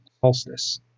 Falseness